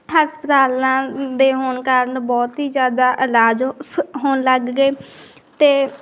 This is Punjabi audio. ਹਸਪਤਾਲਾਂ ਦੇ ਹੋਣ ਕਾਰਨ ਬਹੁਤ ਹੀ ਜ਼ਿਆਦਾ ਇਲਾਜ ਹੋਣ ਲੱਗ ਗਏ ਅਤੇ